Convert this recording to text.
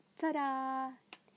Ta-da